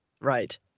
Right